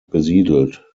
besiedelt